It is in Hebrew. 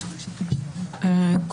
ברוכה הבאה.